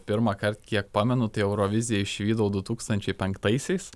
pirmąkart kiek pamenu tai euroviziją išvydau du tūkstančiai penktaisiais